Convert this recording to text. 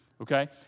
okay